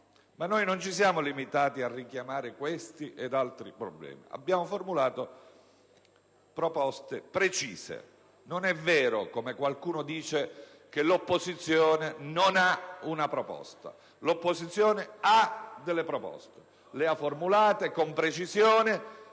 Ma non ci siamo limitati a richiamare questi ed altri problemi, abbiamo formulato proposte precise. Non è vero, come qualcuno dice, che l'opposizione non ha una proposta; l'opposizione ha proposte che ha formulato con precisione